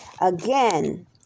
Again